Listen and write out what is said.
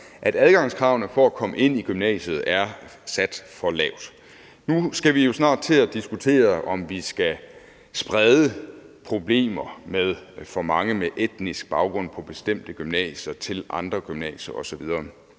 at adgangskravene for at komme ind i gymnasiet er sat for lavt. Nu skal vi jo snart til at diskutere, om vi skal sprede problemer med for mange med etnisk baggrund på bestemte gymnasier til andre gymnasier osv.